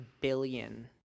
billion